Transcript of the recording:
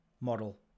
model